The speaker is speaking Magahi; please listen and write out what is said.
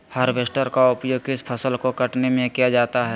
हार्बेस्टर का उपयोग किस फसल को कटने में किया जाता है?